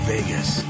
Vegas